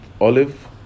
Olive